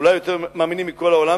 אולי יותר מאמינים מכל העולם,